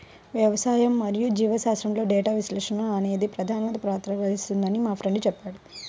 వ్యవసాయం మరియు జీవశాస్త్రంలో డేటా విశ్లేషణ అనేది ప్రధాన పాత్ర పోషిస్తుందని మా ఫ్రెండు చెప్పాడు